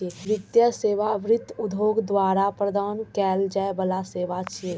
वित्तीय सेवा वित्त उद्योग द्वारा प्रदान कैल जाइ बला सेवा छियै